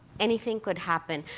anything could happen.